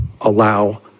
allow